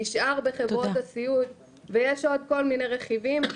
נשאר בחברות הסיעוד ויש עוד כל מיני רכיבים.